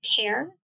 care